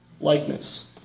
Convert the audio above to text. likeness